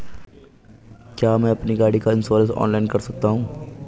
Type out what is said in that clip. क्या मैं अपनी गाड़ी का इन्श्योरेंस ऑनलाइन कर सकता हूँ?